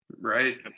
Right